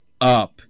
up